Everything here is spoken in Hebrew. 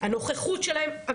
הנוכחות שלהם הספיקה.